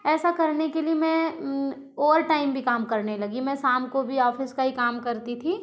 ऐसा करने के लिए मैं ओवर टाइम भी काम करने लगी मैं शाम को भी ऑफिस का ही काम करती थी